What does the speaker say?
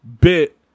bit